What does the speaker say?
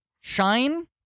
Shine